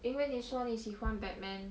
因为你说你喜欢 batman